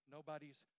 Nobody's